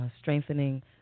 strengthening